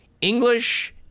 English